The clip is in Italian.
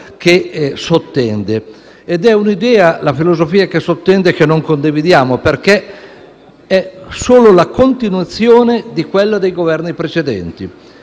cosa secondaria rispetto alla filosofia che sottende, che non condividiamo, perché è solo la continuazione di quella dei Governi precedenti.